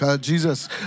Jesus